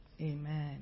amen